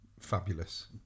Fabulous